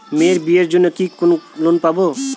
মেয়ের বিয়ের জন্য কি কোন লোন পাব?